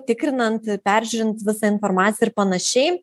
tikrinant peržiūrint visą informaciją ir panašiai